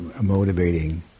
motivating